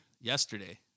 yesterday